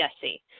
Jesse